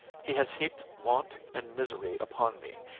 he has heaped want and misery upon me,